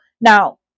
now